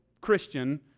Christian